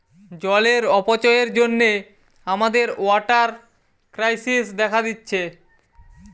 জলের অপচয়ের জন্যে আমাদের ওয়াটার ক্রাইসিস দেখা দিচ্ছে